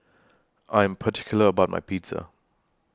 I Am particular about My Pizza